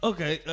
Okay